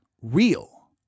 real